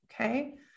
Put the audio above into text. Okay